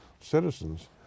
citizens